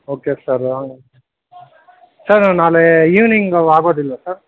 okay sir sir ನಾಳೆ evening ಆಗೋದಿಲ್ವಾ sir